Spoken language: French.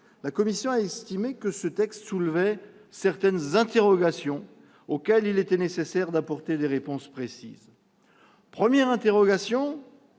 la commission a estimé que ce texte suscitait certaines interrogations, auxquelles il était nécessaire d'apporter des réponses précises. Une première interrogation